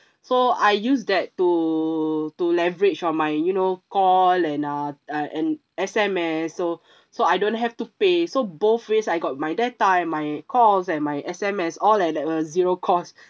so I use that to to leverage on my you know call and uh uh and S_M_S so so I don't have to pay so both ways I got my data and my calls and my S_M_S all at a zero cost